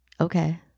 okay